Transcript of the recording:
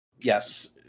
yes